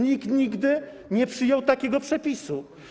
Nikt nigdy nie przyjął takiego przepisu.